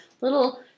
little